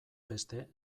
beste